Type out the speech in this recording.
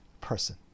person